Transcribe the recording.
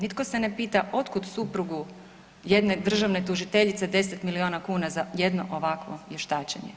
Nitko se ne pita otkud suprugu jedne državne tužiteljice 10 milijuna kuna za jedno ovakvo vještačenje.